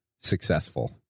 successful